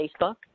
Facebook